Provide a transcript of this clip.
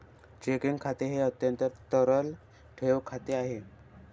checking खाते हे अत्यंत तरल ठेव खाते आहे